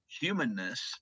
humanness